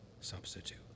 substitute